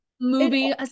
movie